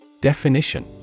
Definition